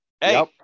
Hey